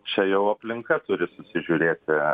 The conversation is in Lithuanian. čia jau aplinka turi susižiūrėti